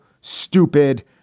stupid